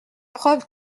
preuve